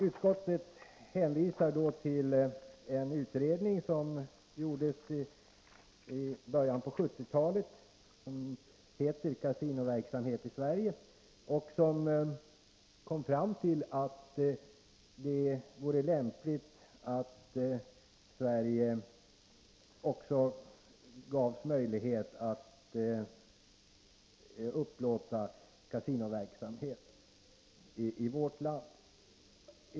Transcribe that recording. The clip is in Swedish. Utskottet hänvisar till en utredning som gjordes i början av 1970-talet vars betänkande heter Kasinoverksamhet i Sverige. Utredningen kom fram till att det vore lämpligt att det gavs möjlighet att starta kasinoverksamhet också i vårt land.